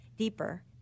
deeper